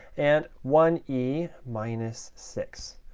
and one e minus six,